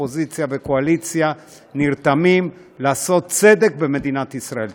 שאופוזיציה וקואליציה נרתמות לעשות צדק במדינת ישראל.